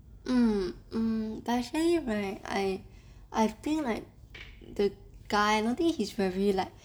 mm mm but actually right I I feel like the guy I don't think he's very like